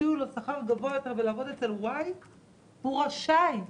כי הציעו לו שכר גבוה יותר הוא רשאי,